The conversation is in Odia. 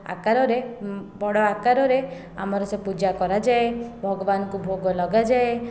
ଆକାରରେ ବଡ଼ ଆକାରରେ ଆମର ସେ ପୂଜା କରାଯାଏ ଭଗବାନଙ୍କୁ ଭୋଗ ଲଗାଯାଏ